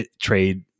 trade